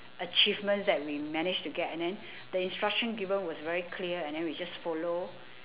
achievements that we managed to get and then the instruction given was very clear and then we just follow